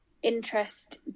Interest